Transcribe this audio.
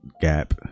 gap